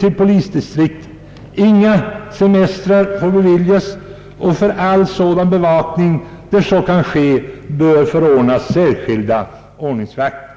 till polisdistrikten att inga semestrar fick beviljas och för all bevakning där så kunde ske fick förordnas särskilda ordningsvakter.